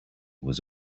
was